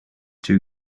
too